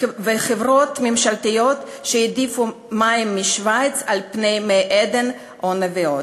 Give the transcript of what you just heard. חברות ממשלתיות שהעדיפו מים משווייץ על "מי עדן" או "נביעות".